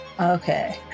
Okay